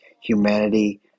humanity